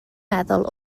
meddwl